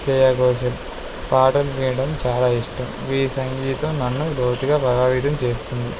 శ్రేయ ఘోషాల్ పాటలు వినడం చాలా ఇష్టం వీరి సంగీతం నన్ను లోతుగా ప్రభావితం చేస్తుంది